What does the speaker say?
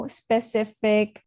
specific